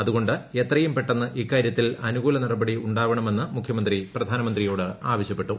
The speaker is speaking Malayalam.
അതുകൊണ്ട് എത്രയും പെട്ടെന്ന് ഇക്കാര്യത്തിൽ അനുകൂല നടപടി ഉണ്ടാകണമെന്ന് മുഖ്യമന്ത്രി പ്രധാനമന്ത്രിയോട് ആവശ്യപ്പെട്ടു